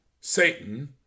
Satan